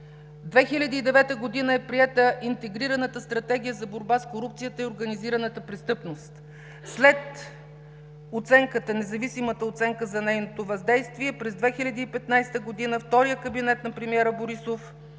2009 г. е приета Интегрираната стратегия за борба с корупцията и организираната престъпност. След независимата оценка за нейното въздействие през 2015 г. вторият кабинет на премиера Борисов